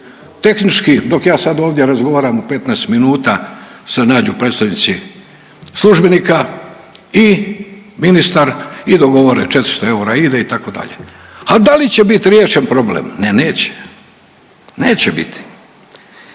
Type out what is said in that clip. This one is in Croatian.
Tehnički dok ja sad ovdje razgovaram 15 minuta se nađu predstavnici službenika i ministar i dogovore 400 eura ide itd., a da li će biti riješen problem? Ne, neće, neće biti.